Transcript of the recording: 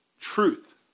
truth